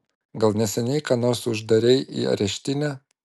gal neseniai ką nors uždarei į areštinę